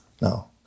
No